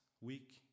week